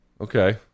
Okay